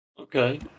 Okay